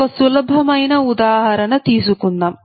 ఒక సులభమైన ఉదాహరణ తీసుకుందాం